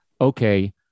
okay